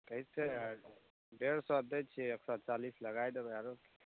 कैसे डेढ़ सए दै छियै एक सए चालिस लगा देबै आरो की